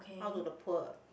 out to the poor